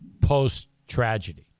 post-tragedy